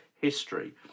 history